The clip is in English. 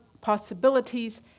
possibilities